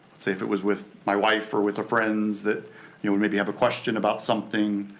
say if it was with my wife or with friends that you know and maybe have a question about something.